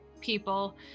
people